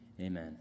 Amen